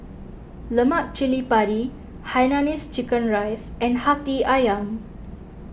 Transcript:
Lemak Cili Padi Hainanese Chicken Rice and Hati Ayam